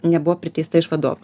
nebuvo priteista iš vadovo